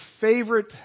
favorite